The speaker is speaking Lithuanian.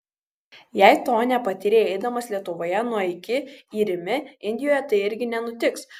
jei to nepatyrei eidamas lietuvoje nuo iki į rimi indijoje tai irgi nenutiks